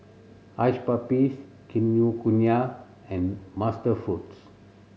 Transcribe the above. Hush Puppies Kinokuniya and MasterFoods